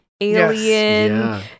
alien